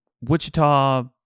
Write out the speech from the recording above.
Wichita